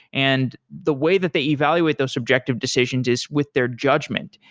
and the way that they evaluate the subjective decisions is with their judgment.